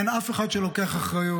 אין אף אחד שלוקח אחריות,